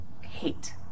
hate